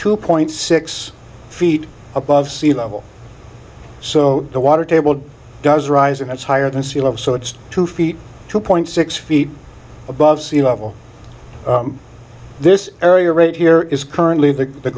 two point six feet above sea level so the water table does rise and it's higher than c love so it's two feet two point six feet above sea level this area right here is currently the the